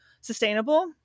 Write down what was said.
sustainable